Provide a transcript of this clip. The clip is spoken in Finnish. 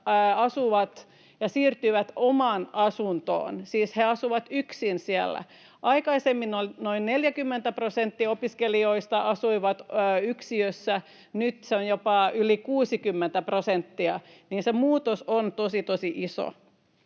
ja siirtyy omaan asuntoon. Siis he asuvat yksin siellä. Aikaisemmin noin 40 prosenttia opiskelijoista asui yksiössä, nyt se on jopa yli 60 prosenttia,